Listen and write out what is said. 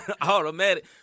automatic